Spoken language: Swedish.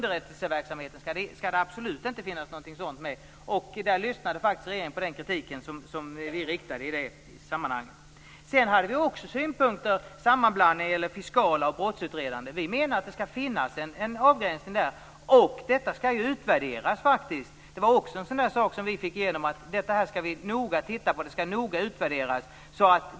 Regeringen lyssnade faktiskt på den kritik som vi riktade i det sammanhanget. Sedan hade vi också synpunkter på sammanblandningen av fiskala och brottsutredande uppgifter. Vi anser att det skall finnas en avgränsning, och detta skall ju utvärderas. Där fick vi igenom att man noga skulle titta på detta och göra en utvärdering så att en absolut rågång kan hållas.